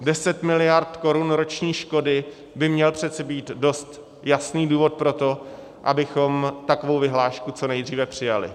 Deset miliard korun roční škody by měl přece být dost jasný důvod pro to, abychom takovou vyhlášku co nejdříve přijali.